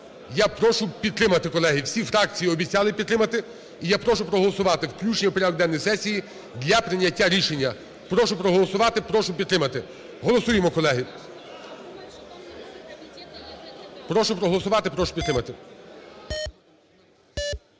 я прошу підтримати, колеги. Всі фракції обіцяли підтримати. І я прошу проголосувати включення в порядок денний сесії для прийняття рішення. Прошу проголосувати, прошу підтримати. Голосуємо, колеги. Прошу проголосувати, прошу підтримати.